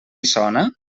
sona